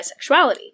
bisexuality